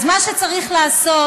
אז מה שצריך לעשות,